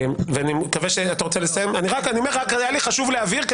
רק היה לי חשוב להבהיר,